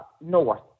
north